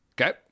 Okay